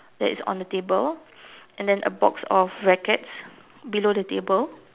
that is on the table and then a box of rackets below the table